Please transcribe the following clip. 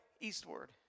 eastward